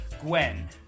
Gwen